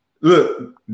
Look